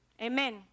Amen